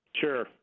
Sure